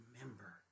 remember